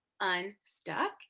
unstuck